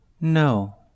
No